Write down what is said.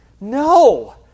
No